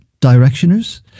Directioners